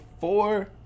four